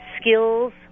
skills